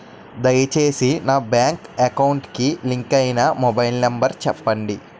దయచేసి నా bank account కి లింక్ అయినా మొబైల్ నంబర్ చెప్పండి